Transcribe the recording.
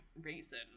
reason